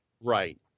Right